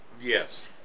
Yes